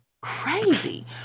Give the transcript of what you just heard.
crazy